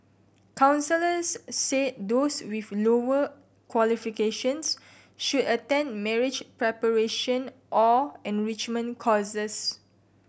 counsellors said those with lower qualifications should attend marriage preparation or enrichment courses